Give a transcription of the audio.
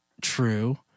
true